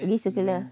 adi secular